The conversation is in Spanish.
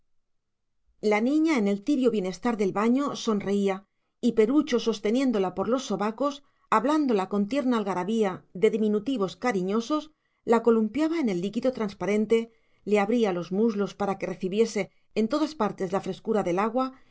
la niña en el tibio bienestar del baño sonreía y perucho sosteniéndola por los sobacos hablándola con tierna algarabía de diminutivos cariñosos la columpiaba en el líquido transparente le abría los muslos para que recibiese en todas partes la frescura del agua